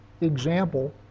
example